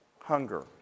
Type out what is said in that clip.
hunger